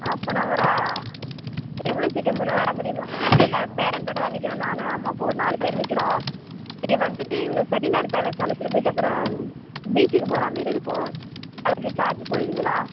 of on அவரா எவ்வளோ சீக்கிரம் முடியும் வர முடியுமா இல்லயில்ல பேரண்ட்டோடுதான் நிற்கிறோம் நான் அம்மா அப்பா ஒரு நாலு பேர் நிற்கிறோம் நீங்கள் வந்துட்டு இங்கே செட்டிநாடு பேலஸ் அழைச்சிட்டு போய்விட்டு அப்புறம் பீச்சுக்கு போகிறா மாரி இருக்கும் அதுக்கு சார்ஜ் போடுவீங்களா